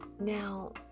Now